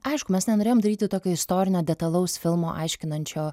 aišku mes nenorėjom daryti tokio istorinio detalaus filmo aiškinančio